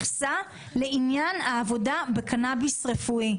מכסה לעניין העבודה בקנאביס רפואי,